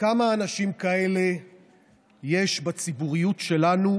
כמה אנשים כאלה יש בציבוריות שלנו,